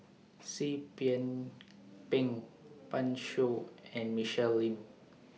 Seah Kian Peng Pan Shou and Michelle Lim